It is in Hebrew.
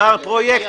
מר פרויקט,